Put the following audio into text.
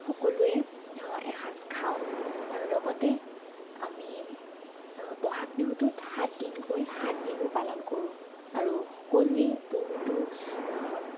সকলোৱে এসাজ খাওঁ আৰু লগতে আমি ব'হাগ বিহুটোত সাতদিনকৈ সাত বিহু পালন কৰোঁ আৰু সকলোৱে বহুতো